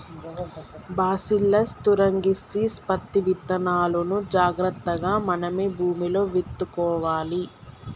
bacillus thuringiensis పత్తి విత్తనాలును జాగ్రత్తగా మనమే భూమిలో విత్తుకోవాలి